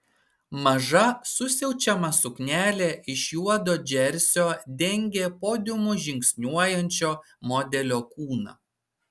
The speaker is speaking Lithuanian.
maža susiaučiama suknelė iš juodo džersio dengė podiumu žingsniuojančio modelio kūną